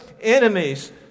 enemies